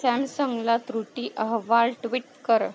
सॅमसंगला त्रुटी अहवाल ट्विट कर